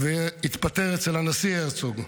והתפטר אצל הנשיא הרצוג.